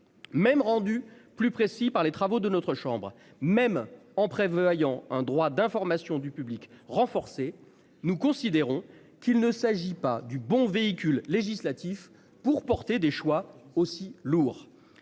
même rendu plus précis par les travaux de notre chambre même en prévoyant un droit d'information du public renforcé. Nous considérons qu'il ne s'agit pas du bon véhicule législatif pour porter des choix aussi lourd.